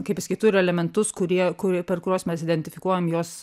kaip pasakyt turi elementus kurie kur per kuriuos mes identifikuojam juos